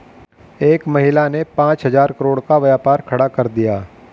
एक महिला ने पांच हजार करोड़ का व्यापार खड़ा कर दिया